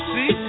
See